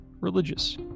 religious